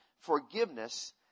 forgiveness